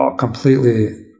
completely